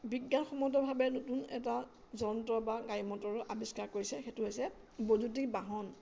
বিজ্ঞানসন্মতভাৱে নতুন এটা যন্ত্ৰ বা গাড়ী মটৰো আৱিষ্কাৰ কৰিছে সেইটো হৈছে বৈদ্যুতিক বাহন